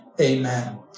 amen